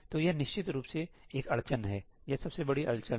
तो यह निश्चित रूप से एक अड़चन है यह सबसे बड़ी अड़चन है